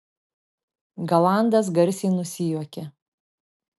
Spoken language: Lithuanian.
galandas garsiai nusijuokė